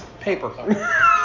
paper